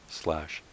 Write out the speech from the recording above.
slash